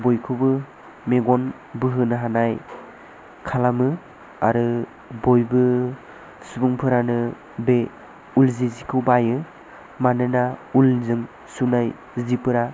बयखौबो मेगन बोहोनो हानाय खालामो आरो बयबो सुबुंफोरानो बे उल सिखौ बायो मानोना उलजों सुनाय सिफोरा